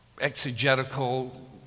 exegetical